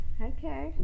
okay